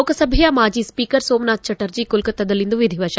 ಲೋಕಸಭೆಯ ಮಾಜಿ ಸ್ವೀಕರ್ ಸೋಮನಾಥ್ ಚಟರ್ಜಿ ಕೊಲ್ಕತ್ತಾದಲ್ಲಿಂದು ವಿಧಿವಶ